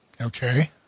Okay